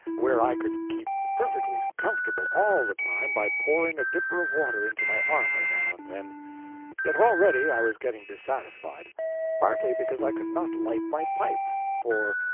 where i could keep perfectly comfortable all the time by pouring a dipper of water into my armor now and then yet already i was getting dissatisfied partly because i could not light my pipe for,